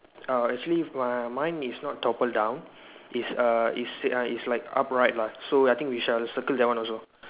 uh actually mi~ mine is not toppled down is err is err is like upright lah so I think we shall circle that one also